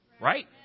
right